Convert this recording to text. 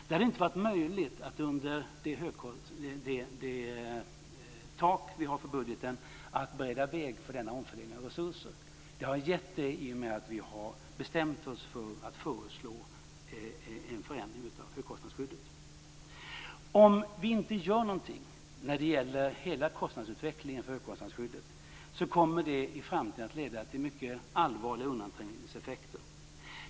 Det hade inte, med tanke på det budgettak vi har, varit möjligt att bereda väg för denna omfördelning av resurser. Det har blivit det i och med att vi har bestämt oss för att föreslå en förändring av högkostnadsskyddet. Om vi inte gör något när det gäller hela kostnadsutvecklingen för högkostnadsskyddet kommer det i framtiden att leda till mycket allvarliga undanträngningseffekter.